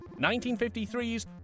1953's